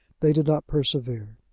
they did not persevere.